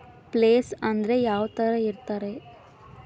Place ಅಂದ್ರೆ ಯಾವ್ತರ ಇರ್ತಾರೆ?